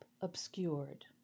obscured